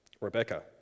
Rebecca